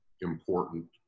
important